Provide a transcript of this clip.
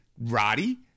Roddy